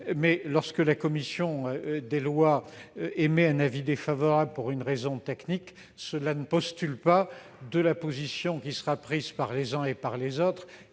: lorsque la commission des lois émet un avis défavorable pour une raison technique, cela ne préjuge pas de la position qui sera prise par les uns et les autres,